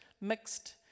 mixed